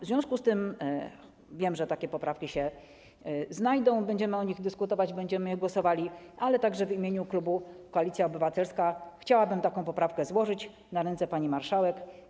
W związku z tym wiem, że takie poprawki się znajdą, będziemy o nich dyskutować, będziemy nad nimi głosować, ale także w imieniu klubu Koalicja Obywatelska chciałabym taką poprawkę złożyć na ręce pani marszałek.